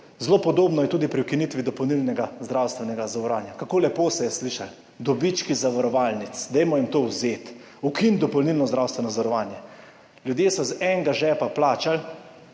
Zelo podobno je tudi pri ukinitvi dopolnilnega zdravstvenega zavarovanja. Kako lepo se je slišalo, dobički zavarovalnic, vzemimo jim to, ukinimo dopolnilno zdravstveno zavarovanje. Ljudje so iz enega žepa plačali